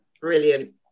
Brilliant